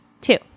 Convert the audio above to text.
two